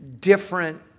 different